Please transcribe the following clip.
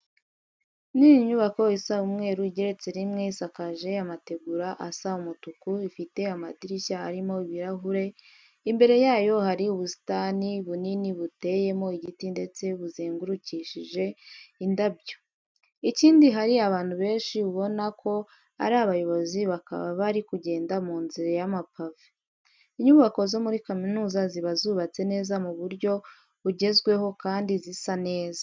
Ni inyubako isa umweru igeretse rimwe, isakaje amategura asa umutuku, ifite amadirishya arimo ibirahure. Imbere yayo hari ubusitani bunini buteyemo igiti ndetse buzengurukishije indabyo. Ikindi hari abantu benshi ubuna ko ari abayobozi bakaba bari kugenda mu nzira y'amapave. Inyubako zo muri kaminuza ziba zubatse neza mu buryo bugezweho kandi zisa neza.